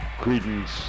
Credence